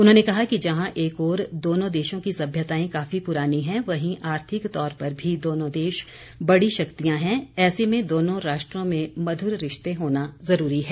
उन्होंने कहा कि जहां एक ओर दोनों देशों की सभ्यताएं काफी पुरानी हैं वहीं आर्थिक तौर पर भी दोनों देश बड़ी शक्तियां हैं ऐसे में दोनों राष्ट्रों में मधुर रिश्ते होना ज़रूरी है